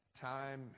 time